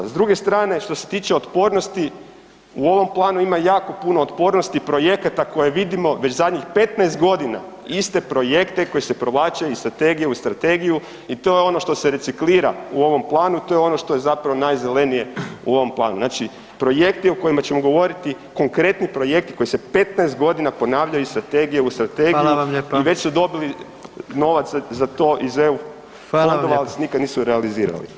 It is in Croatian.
S druge strane, što se tiče otpornosti, u ovom planu ima jako puno otpornosti i projekata koje vidimo već zadnjih 15 godina, iste projekte koji se provlače iz strategije u strategiju i to je ono što se reciklira u ovom planu, to je ono što je zapravo najzelenije u ovom Planu, znači projekti o kojima ćemo govoriti, konkretni projekti koji se 15 godina ponavljaju iz strategije u strategiju i [[Upadica: Hvala vam lijepa.]] već su dobili novaca za to iz EU fondova [[Upadica: Hvala vam lijepa.]] ali se nikad nisu realizirali.